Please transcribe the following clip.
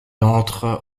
entre